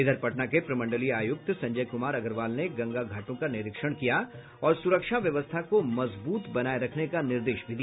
इधर पटना के प्रमंडलीय आयुक्त संजय कुमार अग्रवाल ने गंगा घाटों का निरीक्षण किया और सुरक्षा व्यवस्था को मजबूत बनाये रखने का निर्देश भी दिया